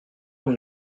nous